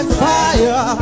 fire